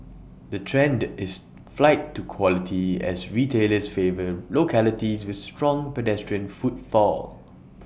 the trend is flight to quality as retailers favour localities with strong pedestrian footfall